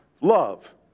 love